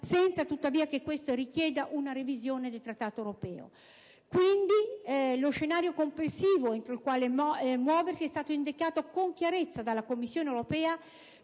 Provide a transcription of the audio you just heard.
senza che, tuttavia, questo richieda una revisione del Trattato europeo. Quindi, lo scenario complessivo entro il quale muoversi è stato indicato con chiarezza dalla Commissione europea